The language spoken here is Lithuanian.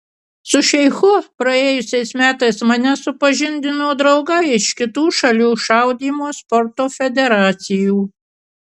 su šeichu praėjusiais metais mane supažindino draugai iš kitų šalių šaudymo sporto federacijų